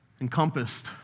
encompassed